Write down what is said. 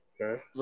Okay